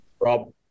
Rob